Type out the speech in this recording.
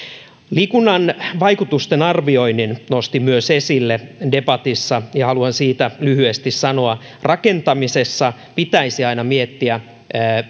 liikunnan vaikutustenarvioinnin nostin myös esille debatissa ja haluan siitä lyhyesti sanoa rakentamisessa pitäisi aina miettiä